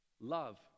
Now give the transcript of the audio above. love